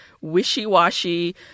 wishy-washy